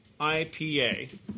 IPA